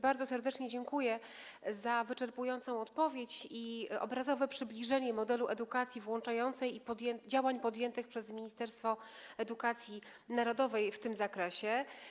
Bardzo serdecznie dziękuję za wyczerpującą odpowiedź i obrazowe przybliżenie modelu edukacji włączającej i działań podjętych przez Ministerstwo Edukacji Narodowej w tym zakresie.